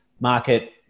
market